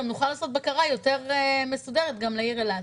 גם נוכל לעשות בקרה יותר מסודרת לעיר אילת.